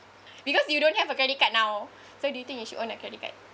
because you don't have a credit card now so do you think you should own a credit card